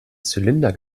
zylinder